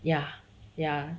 ya ya